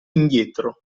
indietro